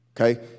Okay